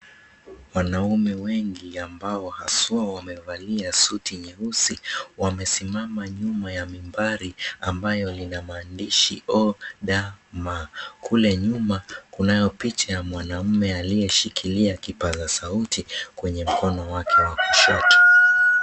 Wanaume wengi ambao haswa wamevalia suti nyeusi. Wamesimama nyuma ya mimbari ambayo lina maandishi ODM. Kule nyuma kunayo picha ya mwanaume aliyeshikilia kipaza sauti kwenye mkono wake wa kushoto.